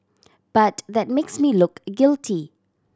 but that makes me look guilty